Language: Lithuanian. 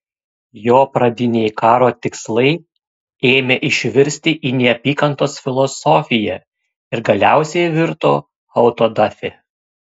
jo pradiniai karo tikslai ėmė išvirsti į neapykantos filosofiją ir galiausiai virto autodafė